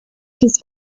his